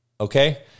Okay